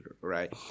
right